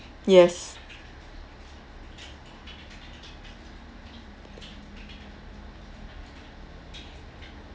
yes